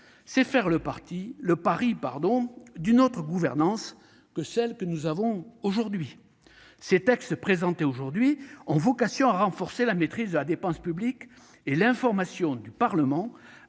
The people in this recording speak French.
c'est faire le pari d'une autre gouvernance que celle que nous avons actuellement. Les textes dont nous discutons aujourd'hui ont vocation à renforcer la maîtrise de la dépense publique et l'information du Parlement,